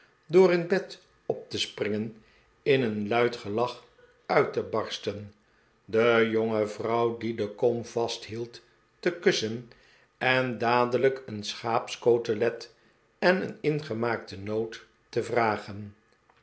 door in bed op te springen in een luid gelach uit te barsten de jonge vrouw die de kom vasthield te kussen en dadelijk een schaapscotelet en een ingemaakte noot te vragen